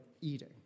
eating